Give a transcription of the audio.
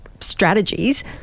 strategies